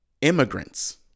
immigrants